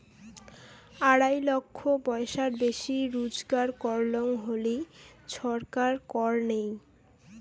আড়াই লক্ষ পয়সার বেশি রুজগার করং হলি ছরকার কর নেই